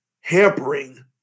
hampering